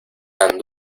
tan